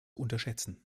unterschätzen